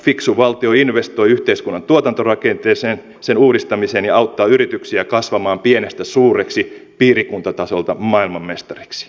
fiksu valtio investoi yhteiskunnan tuotantorakenteeseen sen uudistamiseen ja auttaa yrityksiä kasvamaan pienestä suureksi piirikuntatasolta maailmanmestariksi